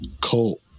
cult